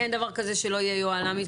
אין דבר כזה שלא יהיה יוהל"מית.